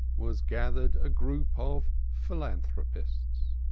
was gathered a group of philanthropists.